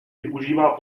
využívá